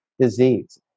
disease